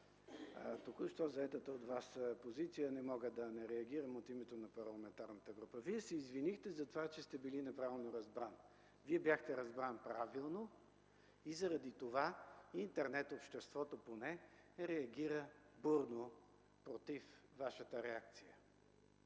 току-що взетата от Вас позиция не мога да не реагирам от името на парламентарната група. Вие се извинихте за това, че сте били неправилно разбран. Вие бяхте разбран правилно и заради това интернет обществото поне реагира бурно против Вашата реакция.